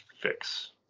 fix